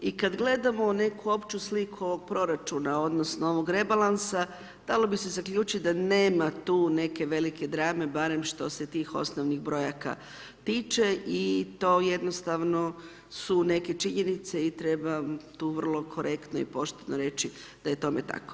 I kada gledamo neku opću sliku proračuna, odnosno, ovog rebalansa, dalo bi se zaključiti da nema tu neke velike drame barem što se tih osnovnih brojaka tiče i to jednostavno su neke činjenice i treba tu vrlo korektno i pošteno reći da je tome tako.